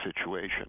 situation